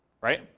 right